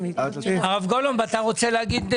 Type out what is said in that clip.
הרב גולומב, אתה רוצה להתייחס?